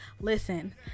Listen